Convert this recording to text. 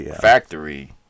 factory